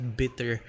bitter